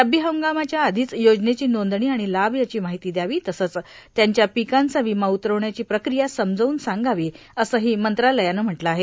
रब्बी हंगामाच्या आधीच योजनेची नोंदणी आणि लाभ याची माहिती द्यावी तसंच त्यांच्या पीकांचा विमा उतरवण्याची प्रक्रिया समजवून सांगावी असंही मंत्रालयानं म्हटलं आहे